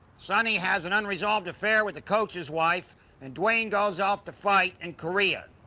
sonny has an unresolved affair with the coach's wife and duane goes off to fight in korea.